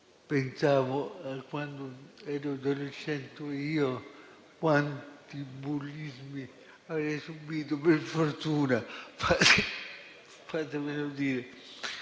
Pensavo a quando ero adolescente io, a quanti bullismi avrei subito. Per fortuna - lasciatemelo dire